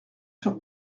sur